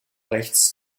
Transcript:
rechts